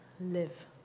live